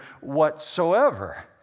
whatsoever